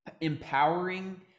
empowering